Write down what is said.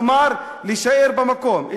כלומר להישאר במקום.